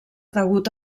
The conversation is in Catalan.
degut